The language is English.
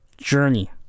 Journey